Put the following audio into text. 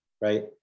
Right